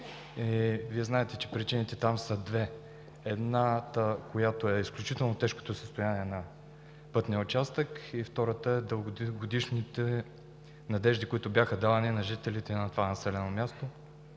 Вие знаете, че причините там са две: едната е изключително тежкото състояние на пътния участък и втората са дългогодишните надежди, които бяха давани на жителите на това населено място,